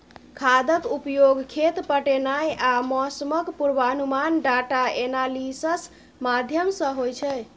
खादक उपयोग, खेत पटेनाइ आ मौसमक पूर्वानुमान डाटा एनालिसिस माध्यमसँ होइ छै